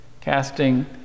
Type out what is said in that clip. casting